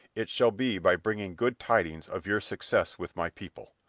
it shall be by bringing good tidings of your success with my people.